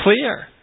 clear